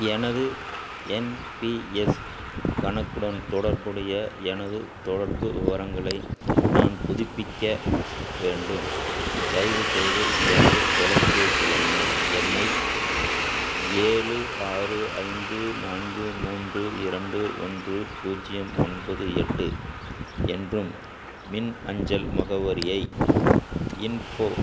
எனது என்பிஎஸ் கணக்குடன் தொடர்புடைய எனது தொடர்பு விவரங்களை நான் புதுப்பிக்க வேண்டும் தயவுசெய்து எனது தொலைபேசி என்ன எண்ணை ஏழு ஆறு ஐந்து நான்கு மூன்று இரண்டு ஒன்று பூஜ்ஜியம் ஒன்பது எட்டு என்றும் மின்னஞ்சல் முகவரியை இன்ஃபோ